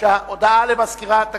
הודעה למזכירת הכנסת.